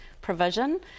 provision